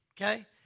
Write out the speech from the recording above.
Okay